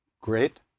Great